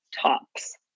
tops